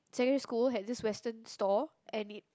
secondary school had this western store and it